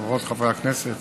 חברות וחברי הכנסת,